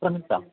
ഫ്രന്ഡ്സാണോ